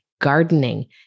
Gardening